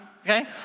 okay